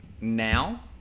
now